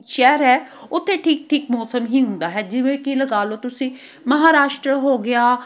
ਸ਼ਹਿਰ ਹੈ ਉੱਥੇ ਠੀਕ ਠੀਕ ਮੌਸਮ ਹੀ ਹੁੰਦਾ ਹੈ ਜਿਵੇਂ ਕਿ ਲਗਾ ਲਓ ਤੁਸੀਂ ਮਹਾਰਾਸ਼ਟਰ ਹੋ ਗਿਆ